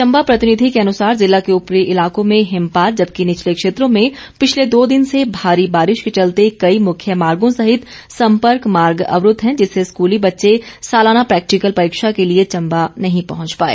चम्बा प्रतिनिधि के अनुसार जिला के उपरी इलाकों में हिमपात जबकि निचले क्षेत्रों में पिछले दो दिन से भारी बारिश के चलते कई मुख्य मार्गों सहित सम्पर्क मार्ग अवरूद्व हैं जिससे स्कूली बच्चे सालाना प्रैक्टिकल परीक्षा के लिए चम्बा नहीं पहंच पाए